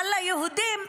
אבל ליהודים,